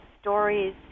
stories